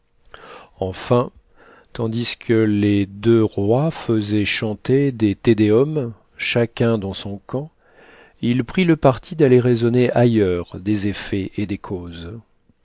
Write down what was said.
enfin tandis que les deux rois fesaient chanter des te deum chacun dans son camp il prit le parti d'aller raisonner ailleurs des effets et des causes